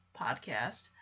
podcast